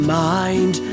mind